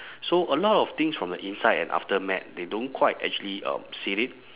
so a lot of things from the inside and aftermath they don't quite actually um see it